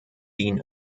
dean